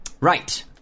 Right